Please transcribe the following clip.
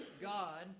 God